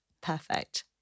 Perfect